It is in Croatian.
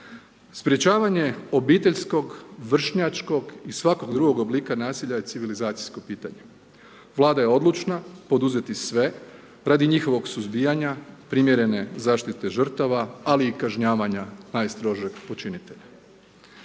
Sprječavanje obiteljskog, vršnjačkog i svakog drugog oblika nasilja je civilizacijsko pitanje. Vlada je odlučna poduzeti sve radi njihovog suzbijanja primjerene zaštite žrtava ali i kažnjavanja najstrožeg počinitelja.